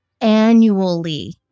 annually